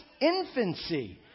infancy